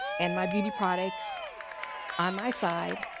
and my beauty products on my side,